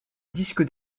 disque